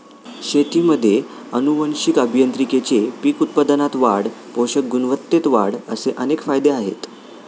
शेतीमध्ये आनुवंशिक अभियांत्रिकीचे पीक उत्पादनात वाढ, पोषक गुणवत्तेत वाढ असे अनेक फायदे आहेत